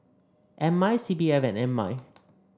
M I C P F and M I